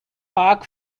park